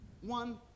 one